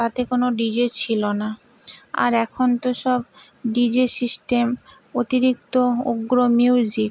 তাতে কোনো ডিজে ছিলো না আর এখন তো সব ডিজে সিস্টেম অতিরিক্ত উগ্র মিউজিক